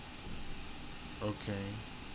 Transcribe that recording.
okay